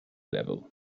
level